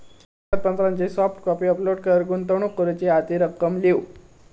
कागदपत्रांची soft copy upload कर, गुंतवणूक करूची हा ती रक्कम लिव्ह